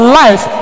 life